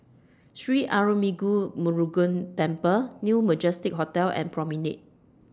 Sri Arulmigu Murugan Temple New Majestic Hotel and Promenade